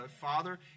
Father